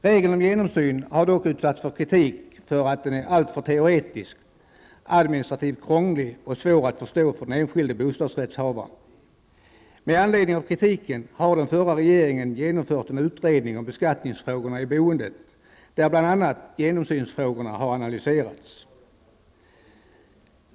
Regeln om genomsyn har dock utsatts för kritik för att den är alltför teoretisk, administrativt krånglig och svår att förstå för den enskilde bostadsrättshavaren. Med anledning av kritiken har den förra regeringen genomfört en utredning om beskattningsfrågorna i boendet, där bl.a. genomsynsfrågan analyserats.